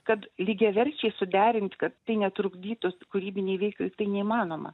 kad lygiaverčiai suderint kad tai netrukdytų kūrybinei veiklai tai neįmanoma